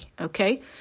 Okay